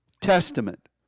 testament